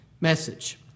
message